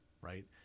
right